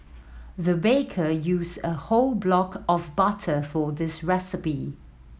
the baker used a whole block of butter for this recipe